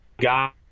got